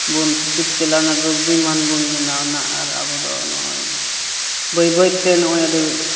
ᱵᱚᱱ ᱥᱮᱪᱮᱫ ᱪᱟᱞᱟᱣᱱᱟ ᱵᱩᱫᱫᱷᱤᱢᱟᱱ ᱵᱚᱱ ᱵᱮᱱᱟᱣᱱᱟ ᱟᱨ ᱟᱵᱚ ᱫᱚ ᱱᱚᱜᱼᱚᱸᱭ ᱵᱟᱹᱭ ᱵᱟᱹᱭᱛᱮ ᱱᱚᱜᱼᱚᱸᱭ ᱟᱹᱰᱤ